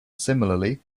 similarly